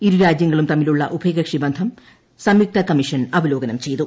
ഇരുരാജ്യങ്ങളും തമ്മിലുള്ള ഉഭയകക്ഷി ബന്ധം സംയുക്ത കമ്മീഷൻ അവലോകനം ചെയ്തു